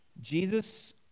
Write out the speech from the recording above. Jesus